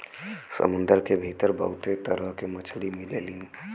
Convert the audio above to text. समुंदर के भीतर बहुते तरह के मछली मिलेलीन